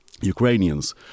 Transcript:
Ukrainians